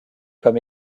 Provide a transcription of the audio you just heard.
comme